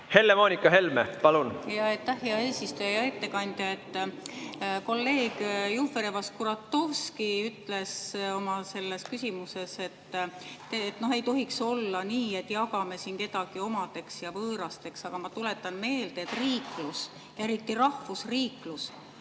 Helle‑Moonika Helme, palun! Aitäh, hea eesistuja! Hea ettekandja! Kolleeg Jufereva‑Skuratovski ütles oma küsimuses, et ei tohiks olla nii, et jagame siin kedagi omadeks ja võõrasteks. Aga ma tuletan meelde, et riiklus, eriti rahvusriiklus